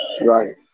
Right